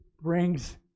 brings